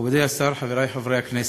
מכובדי השר, חברי חברי הכנסת,